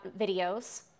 videos